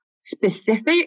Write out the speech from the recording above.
specific